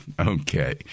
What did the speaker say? Okay